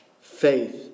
faith